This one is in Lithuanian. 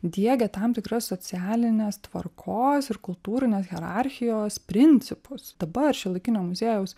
diegia tam tikras socialinės tvarkos ir kultūrinės hierarchijos principus dabar šiuolaikinio muziejaus